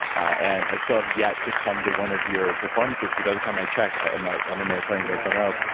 and, i still have yet to come to one of your performances because every time i check, i'm ah like on an airplane going somewhere else.